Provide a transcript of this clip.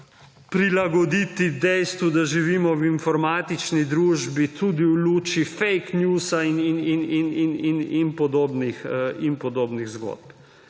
prilagoditi dejstvu, da živimo v informatični družbi, tudi v luči fake news in podobnih zgodb.